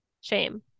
Shame